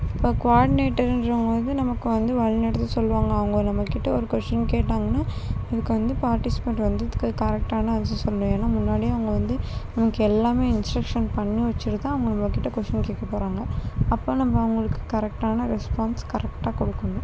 இப்போ கோஆடினேட்டர்ன்றவங்க வந்து நமக்கு வந்து வழி நடத்தி சொல்வாங்க அவங்க நம்மக்கிட்ட ஒரு கொஸ்டீன் கேட்டாங்கன்னால் அதுக்கு வந்து பார்ட்டிசிப்பேன்ட் வந்து கரெட்டான ஆன்செர் சொல்லணும் ஏன்னால் முன்னாடியே அவங்க வந்து நமக்கு எல்லாமே இன்ஸ்ட்ரக்சன் பண்ணி வச்சுருக்கோம் அவங்க உங்கள் கிட்ட கொஸ்டீன் கேட்கப் போகிறாங்க அப்போ நம்ப அவர்களுக்கு கரெட்டான ரெஸ்பான்ஸ் கரெட்டா கொடுக்கணும்